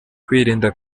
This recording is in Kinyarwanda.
kwirinda